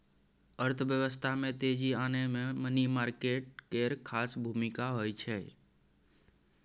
अर्थव्यवस्था में तेजी आनय मे मनी मार्केट केर खास भूमिका होइ छै